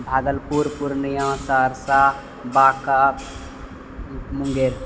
Bhagalpur Purnia Saharsa Banka Munger